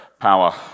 Power